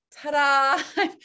ta-da